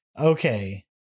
Okay